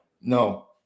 no